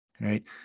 Right